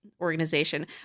organization